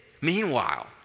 Meanwhile